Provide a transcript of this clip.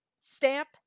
Stamp